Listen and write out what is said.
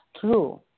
true